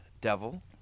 devil